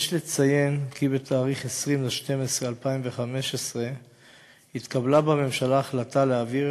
יש לציין כי בתאריך 20 בדצמבר 2015 התקבלה בממשלה ההחלטה להעביר